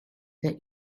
that